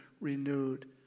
renewed